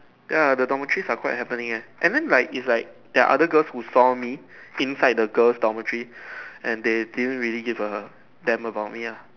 ya the dormitories are quite happening eh and then like is like there are other girls who saw me inside the girls' dormitory and they didn't really give a damn about me lah